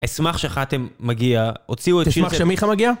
אשמח שחאתם מגיע, הוציאו את.. תשמח שמיכה מגיע?